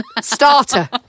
Starter